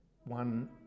one